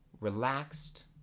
relaxed